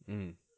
mm